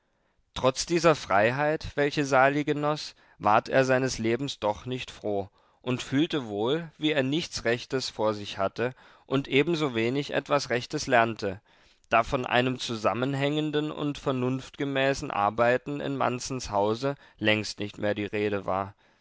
trotz dieser freiheit welche sali genoß ward er seines lebens doch nicht froh und fühlte wohl wie er nichts rechtes vor sich hatte und ebensowenig etwas rechtes lernte da von einem zusammenhängenden und vernunftgemäßen arbeiten in manzens hause längst nicht mehr die rede war